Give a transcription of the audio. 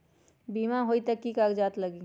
बिमा होई त कि की कागज़ात लगी?